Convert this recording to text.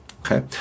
Okay